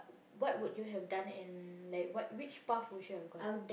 what would you have done and like which path would you have gone